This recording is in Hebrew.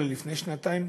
אולי לפני שנתיים,